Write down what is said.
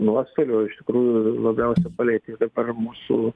nuostolių iš tikrųjų labiausia palietė dabar mūsų